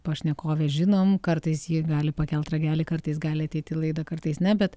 pašnekovę žinom kartais ji gali pakelt ragelį kartais gali ateit į laidą kartais ne bet